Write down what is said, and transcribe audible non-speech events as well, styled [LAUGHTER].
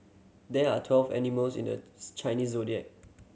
there are twelve animals in the [UNINTELLIGIBLE] Chinese Zodiac